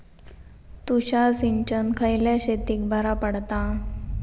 तुषार सिंचन खयल्या शेतीक बरा पडता?